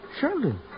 Sheldon